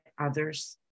others